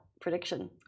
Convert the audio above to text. prediction